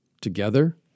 Together